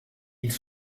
ils